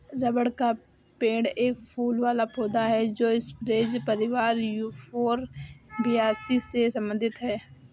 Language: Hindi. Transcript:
रबर का पेड़ एक फूल वाला पौधा है जो स्परेज परिवार यूफोरबियासी से संबंधित है